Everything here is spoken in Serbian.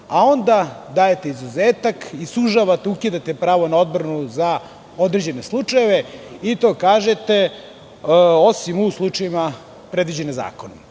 a onda dajete izuzetak i sužavate, ukidate pravo na odbranu za određene slučajeve, i to kažete – osim u slučajevima predviđene zakonom.`